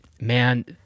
man